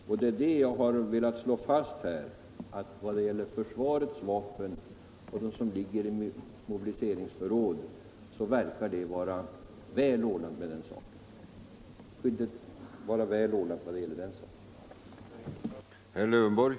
Enligt min mening är det väl ordnat när det gäller de vapen som försvaret förvarar i mobiliseringsförråd.